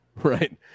Right